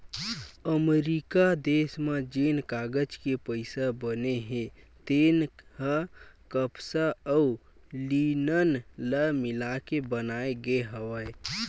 अमरिका देस म जेन कागज के पइसा बने हे तेन ह कपसा अउ लिनन ल मिलाके बनाए गे हवय